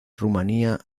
rumanía